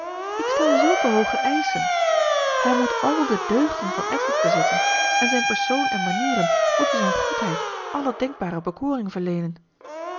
ik stel zulke hooge eischen hij moet al de deugden van edward bezitten en zijn persoon en manieren moeten zijn goedheid alle denkbare bekoring verleenen